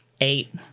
Eight